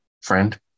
friend